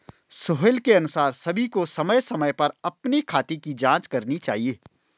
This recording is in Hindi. सोहेल के अनुसार सभी को समय समय पर अपने खाते की जांच करनी चाहिए